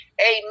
Amen